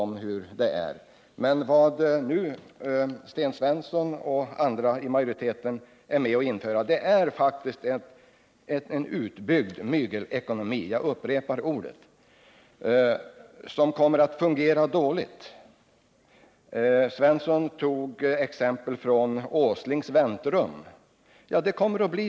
Men vad Sten Svensson och andra i utskottsmajoriteten nu vill införa, det är faktiskt en utbyggd mygelekonomi — jag upprepar det uttrycket - som kommer att fungera dåligt. Sten Svensson anförde exempel från Nils Åslings väntrum. Men det är ju så det kommer att bli!